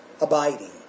abiding